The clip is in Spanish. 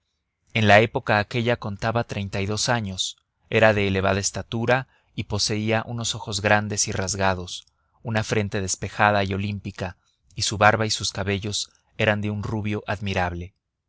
en la época aquella contaba treinta y dos años era de elevada estatura y poseía unos ojos grandes y rasgados una frente despejada y olímpica y su barba y sus cabellos eran de un rubio admirable